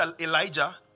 Elijah